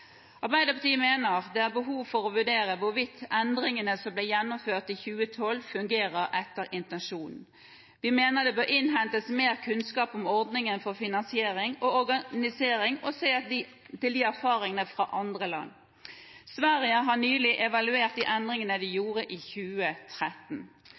Arbeiderpartiet mener det er behov for å vurdere hvorvidt endringene som ble gjennomført i 2012, fungerer etter intensjonen. Vi mener det bør innhentes mer kunnskap om ordningen for finansiering og organisering, og at man bør se til erfaringer fra andre land. Sverige har nylig evaluert endringene de